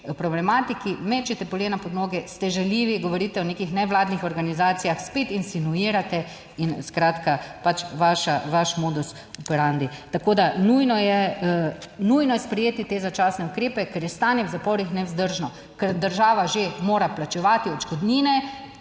problematiki. Mečete polena pod noge, ste žaljivi, govorite o nekih nevladnih organizacijah, spet insinuirate. In skratka pač vaša, vaš modus operandi. Tako da nujno je nujno je sprejeti te začasne ukrepe, ker je stanje v zaporih nevzdržno. Ker država že mora plačevati odškodnine,